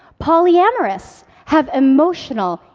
polyamorous have emotional,